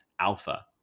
alpha